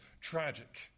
tragic